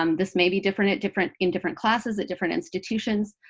um this may be different at different in different classes at different institutions.